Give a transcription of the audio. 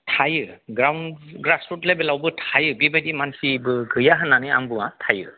थायो ग्राउन्डफिल्द लेबेलावबो थायो बेबादि मानसिबो गैया होननानै आं बुङा थायो